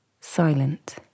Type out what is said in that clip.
silent